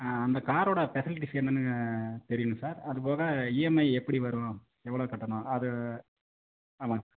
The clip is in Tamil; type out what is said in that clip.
அந்த காரோடய ஃபெசிலிட்டிஸ் என்னன்னு தெரியணும் சார் அதுபோக இஎம்ஐ எப்படி வரும் எவ்வளோ கட்டணும் அது ஆமாங்க சார்